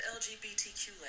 LGBTQ